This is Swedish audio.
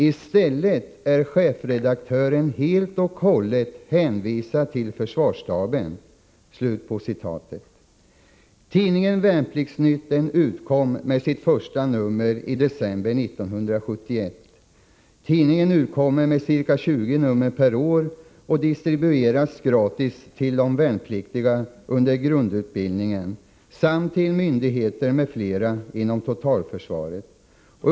I stället är chefredaktören helt och hållet hänvisad till försvarsstaben.” Tidningen utkommer med ca 20 nummer per år och distribueras gratis till de värnpliktiga under grundutbildningen samt till myndigheter m.fl. inom totalförsvaret.